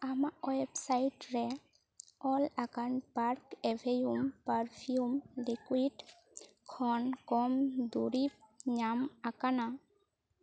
ᱟᱢᱟᱜ ᱚᱭᱮᱵᱽᱥᱟᱭᱤᱰ ᱨᱮ ᱚᱞ ᱟᱠᱟᱱ ᱯᱟᱨᱠ ᱮᱵᱷᱤᱭᱩᱢ ᱯᱟᱨᱯᱷᱤᱭᱩᱢ ᱞᱤᱠᱩᱭᱤᱰ ᱠᱷᱚᱱ ᱠᱚᱢ ᱫᱩᱨᱤᱵᱽ ᱧᱟᱢ ᱟᱠᱟᱱᱟ